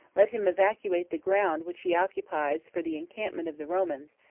let him evacuate the ground which he occupies for the encampment of the romans,